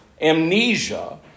Amnesia